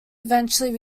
eventually